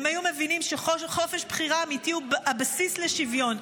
הם היו מבינים שחופש בחירה אמיתי הוא הבסיס לשוויון.